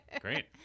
Great